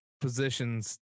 positions